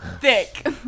thick